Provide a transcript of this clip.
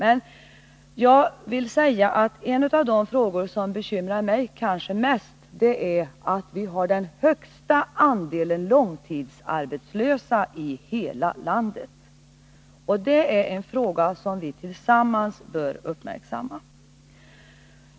Ett av de problem som kanske bekymrar mig mest är det faktum att vi har den högsta andelen långtidsarbetslösa i hela landet. Det är en fråga som vi tillsammans bör uppmärksamma.